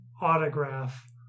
autograph